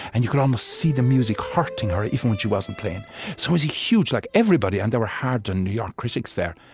and you could almost see the music hurting her, even when she wasn't playing. so it was a huge like everybody, and there were hardened new york critics there,